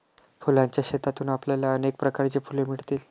फुलांच्या शेतातून आपल्याला अनेक प्रकारची फुले मिळतील